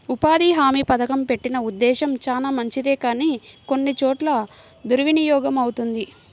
ఉపాధి హామీ పథకం పెట్టిన ఉద్దేశం చానా మంచిదే కానీ కొన్ని చోట్ల దుర్వినియోగమవుతుంది